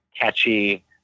catchy